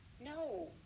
No